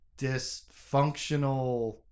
dysfunctional